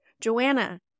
Joanna